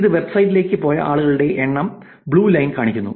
ഈ വെബ്സൈറ്റിലേക്ക് പോയ ആളുകളുടെ എണ്ണം ബ്ലൂ ലൈൻ കാണിക്കുന്നു